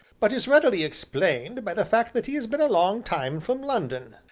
but is readily explained by the fact that he has been a long time from london,